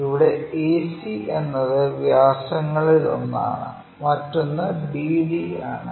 ഇവിടെ ac എന്നത് വ്യാസങ്ങളിൽ ഒന്നാണ് മറ്റൊന്ന് bd ആണ്